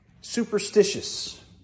superstitious